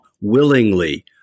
willingly